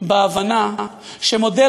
למרות